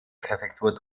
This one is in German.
präfektur